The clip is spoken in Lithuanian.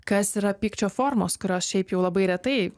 kas yra pykčio formos kurios šiaip jau labai retai